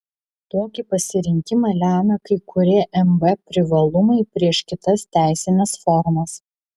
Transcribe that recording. tokį pasirinkimą lemia kai kurie mb privalumai prieš kitas teisines formas